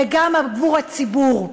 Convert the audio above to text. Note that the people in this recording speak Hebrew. וגם עבור הציבור,